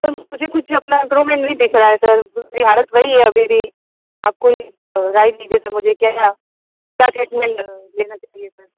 तो मुझे कुछ अपना इम्प्रूवमेंट नहीं दिख रहा है सर मेरी हालत वही है अभी भी आप कोई राय दीजिए सर मुझे क्या क्या ट्रीटमेंट लेना चाहिए सर